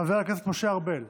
חבר הכנסת משה ארבל,